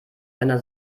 deiner